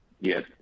Yes